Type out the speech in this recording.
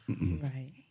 Right